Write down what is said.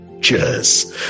Cheers